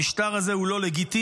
המשטר הזה הוא לא לגיטימי,